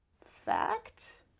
fact